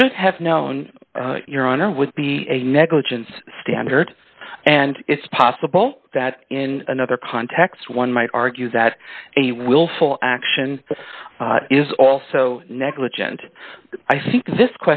should have known your honor would be a negligence standard and it's possible that in another context one might argue that a willful action is also negligent i think this